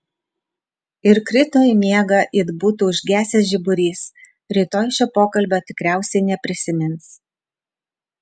ir krito į miegą it būtų užgesęs žiburys rytoj šio pokalbio tikriausiai neprisimins